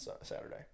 Saturday